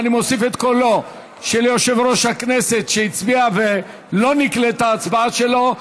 ואני מוסיף את קולו של יושב-ראש הכנסת שהצביע ולא נקלטה ההצבעה שלו,